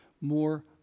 more